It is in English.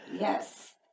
Yes